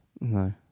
No